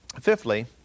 Fifthly